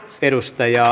edustaja